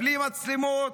בלי מצלמות,